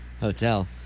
hotel